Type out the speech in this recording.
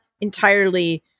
entirely